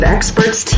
Experts